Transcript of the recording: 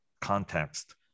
context